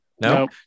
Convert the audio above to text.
No